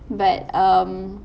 but um